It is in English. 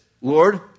Lord